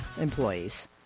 employees